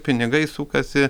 pinigai sukasi